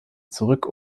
zurück